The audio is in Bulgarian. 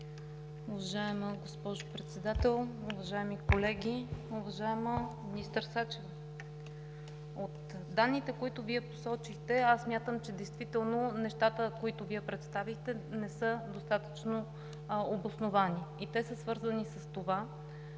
Уважаема госпожо Председател, уважаеми колеги! Уважаема министър Сачева, от данните, които Вие посочихте, аз смятам, че действително нещата, които Вие представихте, не са достатъчно обосновани. Те са свързани с това,